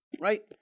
Right